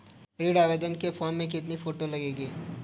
ऋण आवेदन के फॉर्म में कितनी फोटो लगेंगी?